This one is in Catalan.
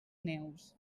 neus